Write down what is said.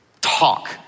talk